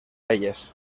elles